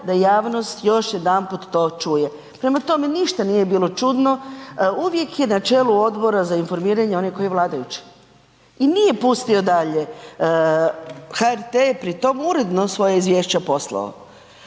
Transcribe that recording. da javnost još jedanput to čuje. Prema tome, ništa nije bilo čudno. Uvijek je na čelu Odbora za informiranje onaj koji je vladajući i nije pustio dalje, HRT-e je pri tome uredno svoja izvješća poslao,